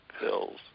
pills